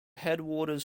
headwaters